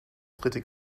dritte